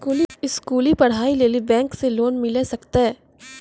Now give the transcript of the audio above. स्कूली पढ़ाई लेली बैंक से लोन मिले सकते?